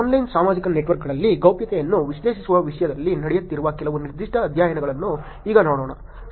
online ಸಾಮಾಜಿಕ ನೆಟ್ವರ್ಕ್ಗಳಲ್ಲಿ ಗೌಪ್ಯತೆಯನ್ನು ವಿಶ್ಲೇಷಿಸುವ ವಿಷಯದಲ್ಲಿ ನಡೆಯುತ್ತಿರುವ ಕೆಲವು ನಿರ್ದಿಷ್ಟ ಅಧ್ಯಯನಗಳನ್ನು ಈಗ ನೋಡೋಣ